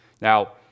Now